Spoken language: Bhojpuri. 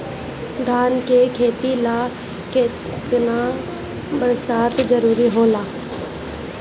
धान के खेती ला केतना बरसात जरूरी होला?